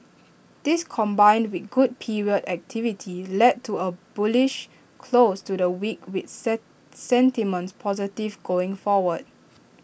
this combined with good period activity led to A bullish close to the week with sentiment positive going forward